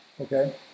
Okay